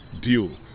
deal